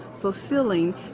fulfilling